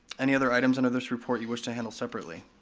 any other items under this report you wish to handle separately?